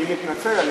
אני מתנצל,